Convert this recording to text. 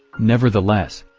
nevertheless,